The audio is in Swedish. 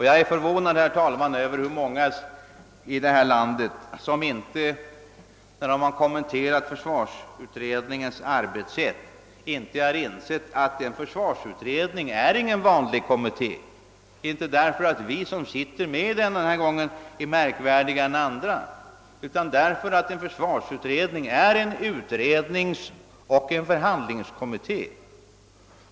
Jag är förvånad över hur många i detta land som, när de kommenterat försvarsutredningens arbetssätt, inte har insett att en försvarsutredning inte är någon vanlig kommitté — inte därför att vi som sitter med i den är märkvärdigare än andra utan därför att en försvarsutredning är en utredningsoch förhandlingskommitté.